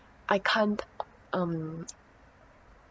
I can't um